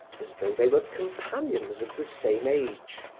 as though they were companions of the same age.